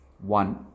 One